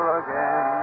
again